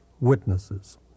witnesses